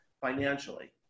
financially